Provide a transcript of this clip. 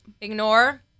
Ignore